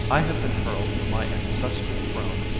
i have been hurled from my ancestral throne